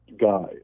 guy